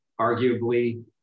arguably